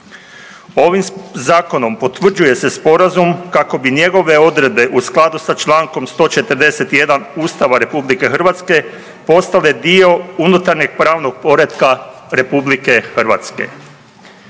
Ovim Zakonom potvrđuje se Sporazum kako bi njegove odredbe u skladu sa čl. 141 Ustava RH postale dio unutarnjeg pravnog poretka RH.